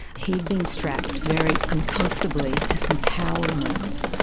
he'd been strapped very uncomfortably to some power lines,